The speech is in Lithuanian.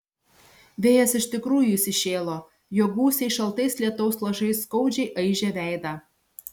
vėjas iš tikrųjų įsišėlo jo gūsiai šaltais lietaus lašais skaudžiai aižė veidą